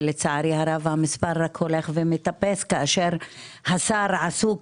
לצערי הרב, המספר רק הולך ומתאפס, כאשר השר עסוק